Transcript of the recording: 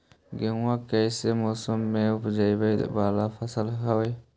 गेहूं किस मौसम में ऊपजावे वाला फसल हउ?